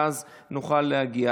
ואז נוכל להגיע.